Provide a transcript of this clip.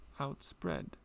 outspread